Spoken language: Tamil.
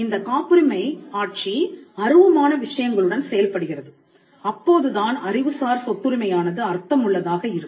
இந்தக் காப்புரிமை ஆட்சி அருவமான விஷயங்களுடன் செயல்படுகிறது அப்போதுதான் அறிவுசார் சொத்துரிமை யானது அர்த்தமுள்ளதாக இருக்கும்